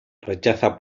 rechaza